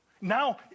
now